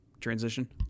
transition